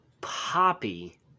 poppy